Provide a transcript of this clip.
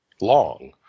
long